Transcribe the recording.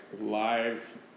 live